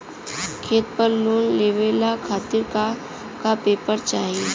खेत पर लोन लेवल खातिर का का पेपर चाही?